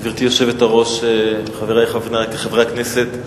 גברתי היושבת-ראש, חברי חברי הכנסת,